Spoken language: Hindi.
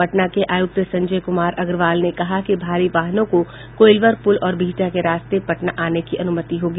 पटना के आयुक्त संजय कुमार अग्रवाल ने कहा कि भारी वाहनों को कोइलवर पुल और बिहटा के रास्ते पटना आने की अनुमति होगी